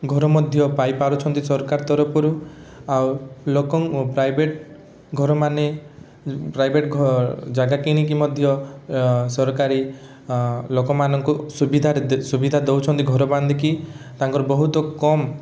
ଘର ମଧ୍ୟ ପାଇପାରୁଛନ୍ତି ସରକାରଙ୍କ ତରଫରୁ ଆଉ ଲୋକଙ୍କ ପ୍ରାଇଭେଟ୍ ଘରମାନେ ପ୍ରାଇଭେଟ୍ ଜାଗା କିଣିକି ମଧ୍ୟ ସରକାରୀ ଆ ଲୋକମାନଙ୍କୁ ସୁବିଧାରେ ସୁବିଧା ଦେଉଛନ୍ତି ଘର ବାନ୍ଧିକି ତାଙ୍କର ବହୁତ କମ୍